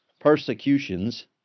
persecutions